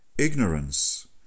Ignorance